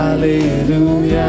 Hallelujah